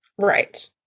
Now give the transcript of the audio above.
Right